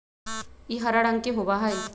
ई हरा रंग के होबा हई